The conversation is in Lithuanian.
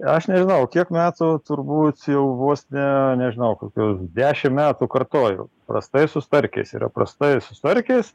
aš nežinau kiek metų turbūt jau vos ne nežinau kokių dešimt metų kartoju prastai su starkiais yra prastai su starkiais